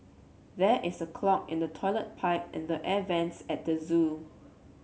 there is a clog in the toilet pipe and the air vents at the zoo